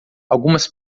algumas